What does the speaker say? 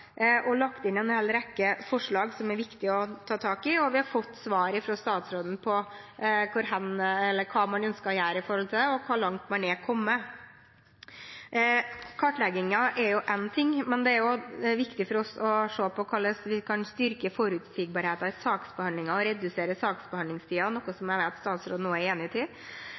og har lagt inn en hel rekke forslag som det er viktig å ta tak i. Vi har fått svar fra statsråden på hva man ønsker å gjøre med dette, og hvor langt man har kommet. Kartlegging er én ting, men det er viktig for oss å se på hvordan vi kan styrke forutsigbarheten i saksbehandlingen og redusere saksbehandlingstiden, noe som jeg vet statsråden er enig